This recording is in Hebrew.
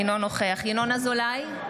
אינו נוכח ינון אזולאי,